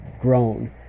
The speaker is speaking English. grown